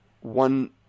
one